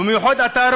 ובמיוחד אתה,